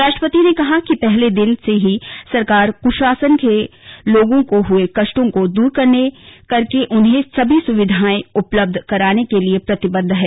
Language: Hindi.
राष्ट्रपति ने कहा कि पहले दिन से ही सरकार क्शासन से लोगों को हुए कष्टों को दूर करके उन्हें सभी सुविधाएं उपलब्ध कराने के लिए प्रतिबद्ध है